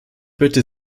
bitte